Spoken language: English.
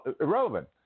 irrelevant